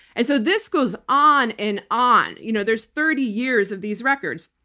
and so this goes on and on. you know there's thirty years of these records.